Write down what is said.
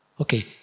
Okay